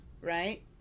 right